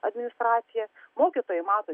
administracija mokytojai mato